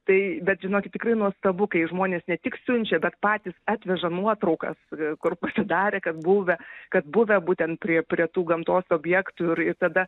tai bet žinokit tikrai nuostabu kai žmonės ne tik siunčia bet patys atveža nuotraukas kur pasidarė kad buvę kad buvę būtent prie prie tų gamtos objektų ir ir tada